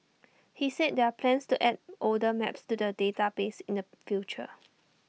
he said there are plans to add older maps to the database in the future